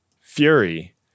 Fury